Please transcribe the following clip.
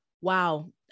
Wow